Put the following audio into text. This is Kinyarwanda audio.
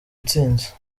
intsinzi